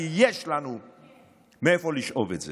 כי יש לנו מאיפה לשאוב את זה.